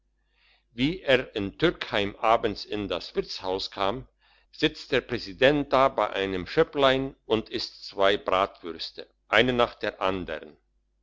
wie er in türkheim abends in das wirtshaus kommt sitzt der präsident da bei einem schöpplein und isst zwei bratwürste eine nach der andern